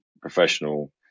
professional